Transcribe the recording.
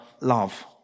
love